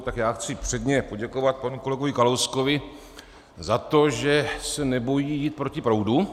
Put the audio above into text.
Tak já chci předně poděkovat panu kolegovi Kalouskovi za to, že se nebojí jít proti proudu.